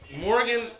Morgan